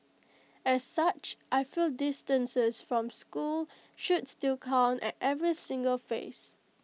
as such I feel distances from school should still count at every single phase